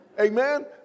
Amen